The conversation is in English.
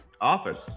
office